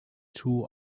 two